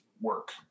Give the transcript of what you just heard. work